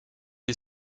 est